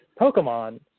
Pokemon